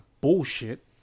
bullshit